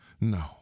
No